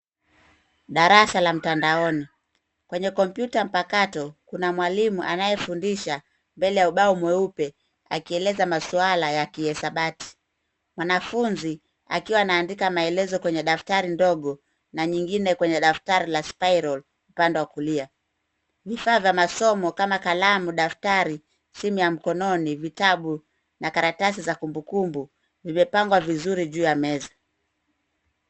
Darasa la mtandaoni. Kwenye kompyuta mpakato kuna mwalimu anayefundisha mbele ya ubao mweupe akieleza maswala ya kihesabati. Mwanafunzi akiwa anaandika maelezo kwenye daftari dogo na nyingine kwenye daftari la spiral upande wa kulia. Vifaa vya masomo kama kalamu, daftari, simu ya mkononi, vitabu na karatasi za kumbukumbu vimepangwa vizuri juu ya meza.